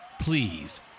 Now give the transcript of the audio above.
Please